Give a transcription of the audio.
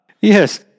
Yes